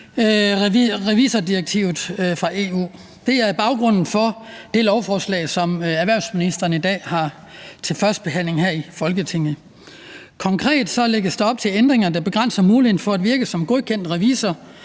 revisordirektivet fra EU. Det er baggrunden for det lovforslag, som erhvervsministeren i dag har til første behandling her i Folketinget. Konkret lægges der op til ændringer, der begrænser muligheden for at virke som godkendt revisor